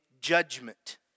judgment